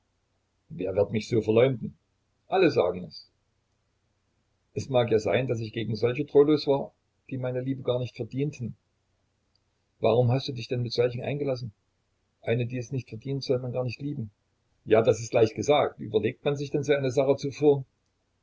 wer wird mich so verleumden alle sagen es es mag ja sein daß ich gegen solche treulos war die meine liebe gar nicht verdienten warum hast du dich denn mit solchen eingelassen eine die es nicht verdient soll man gar nicht lieben ja das ist leicht gesagt überlegt man sich denn so eine sache zuvor